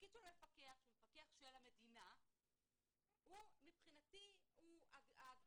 התפקיד של המפקח שהוא מפקח של המדינה הוא מבחינתי הגדלת